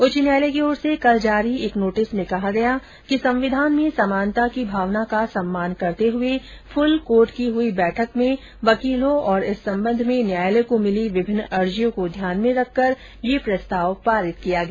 उच्च न्यायालय की ओर से कल जारी एक नोटिस में कहा गया है कि संविधान में समानता की भावना का सम्मान करते हुए फूल कोर्ट की हुई बैठक में वकीलों और इस संबंध में न्यायालय को मिली विभिन्न अर्जियों को ध्यान में रखकेर यह प्रस्ताव पारित किया गया